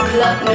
Club